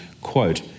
quote